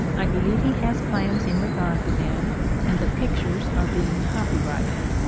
i believe he has plans in regard to them, and the pictures are being copyrighted.